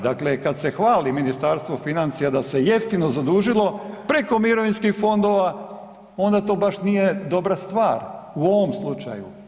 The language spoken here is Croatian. Dakle, kad se hvali Ministarstvo financija da se jeftino zadužilo preko mirovinskih fondova onda to baš nije dobra stvar u ovom slučaju.